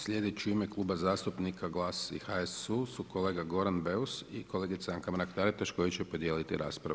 Sljedeći u ime Kluba zastupnika Glas i HSU su kolega Goran Beus i kolegica Anka Mrak Taritaš koji će podijeliti raspravu.